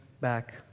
back